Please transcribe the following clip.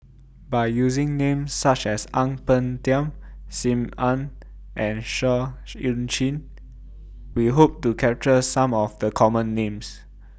By using Names such as Ang Peng Tiam SIM Ann and Seah EU Chin We Hope to capture Some of The Common Names